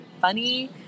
funny